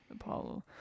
Apollo